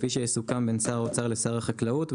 כפי שיסוכם בין שר האוצר לשר החקלאות,